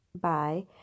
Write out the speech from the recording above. bye